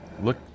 Look